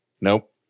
Nope